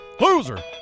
Loser